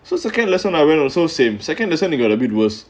so second lesson I went also same second lesson he got a bit worse